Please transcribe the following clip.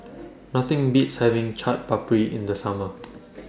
Nothing Beats having Chaat Papri in The Summer